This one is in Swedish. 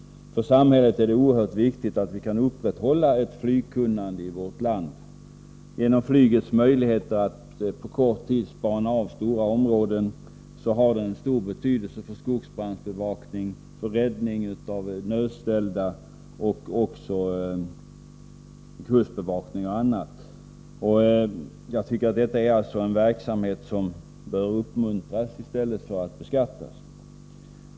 För samhället är det oerhört viktigt att vi kan upprätthålla ett flygkunnande i vårt land. Genom flygets möjligheter att på kort tid spana av stora områden har det stor betydelse för skogsbrandsbevakning, för räddning av nödställda, kustbevakning och annat. Jag tycker att detta är en verksamhet som bör uppmuntras i stället för att beskattas.